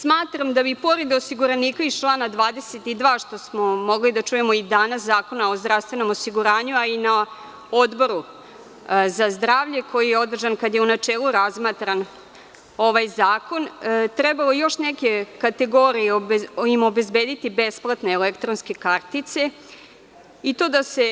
Smatram da bi pored osiguranika iz člana 22, što smo mogli da čujemo i danas, Zakon o zdravstvenom osiguranju, a i na Odboru za zdravlje, koji je održan kada je u načelu razmatran ovaj zakon, trebalo još neke kategorije im obezbediti, besplatne elektronske kartice i to da se